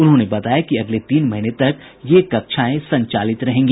उन्होंने बताया कि अगले तीन महीने तक ये कक्षाएं चलेंगी